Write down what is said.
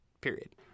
Period